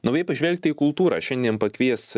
naujai pažvelgti į kultūrą šiandien pakvies